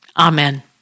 Amen